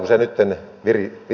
arvoisa puhemies